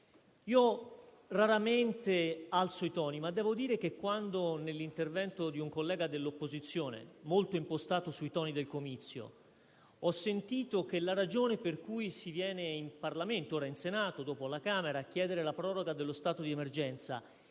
Raramente alzo i toni, ma devo dire che quando, nell'intervento di un collega dell'opposizione, molto impostato sui toni del comizio, ho sentito che la ragione per cui si viene in Parlamento - ora in Senato e dopo alla Camera - a chiedere la proroga dello stato di emergenza